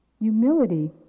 humility